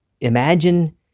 imagine